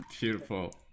beautiful